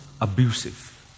abusive